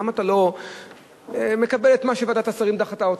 למה אתה לא מקבל שוועדת השרים דחתה אותך?